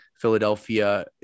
Philadelphia